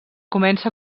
comença